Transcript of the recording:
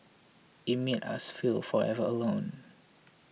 it made us feel forever alone